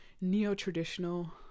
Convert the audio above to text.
neo-traditional